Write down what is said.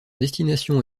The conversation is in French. destination